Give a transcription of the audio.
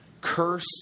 Curse